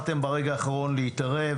ברגע האחרון להתערב,